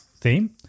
theme